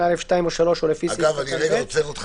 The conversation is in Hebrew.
(א)(2) או (3) או לפי סעיף קטן (ב)"; אני רגע עוצר אותך.